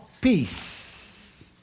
peace